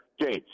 James